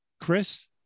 Chris